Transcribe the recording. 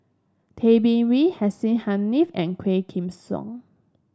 Tay Bin Wee Hussein Haniff and Quah Kim Song